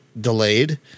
delayed